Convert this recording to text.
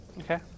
Okay